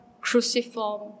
cruciform